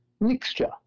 mixture